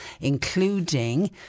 including